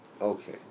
Okay